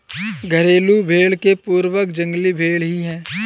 घरेलू भेंड़ के पूर्वज जंगली भेंड़ ही है